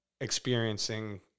experiencing